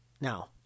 now